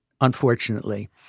unfortunately